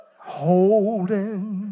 holding